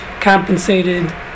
compensated